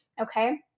Okay